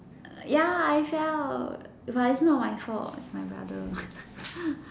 err ya I fell but it's not my fault it's my brother